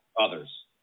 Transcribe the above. others